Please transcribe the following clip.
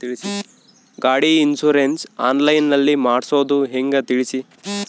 ಗಾಡಿ insurance online ನಲ್ಲಿ ಮಾಡ್ಸೋದು ಹೆಂಗ ತಿಳಿಸಿ?